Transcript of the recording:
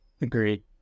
agreed